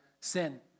sin